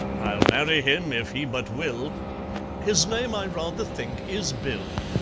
i'll marry him, if he but will his name, i rather think, is bill.